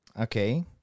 Okay